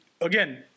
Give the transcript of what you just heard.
again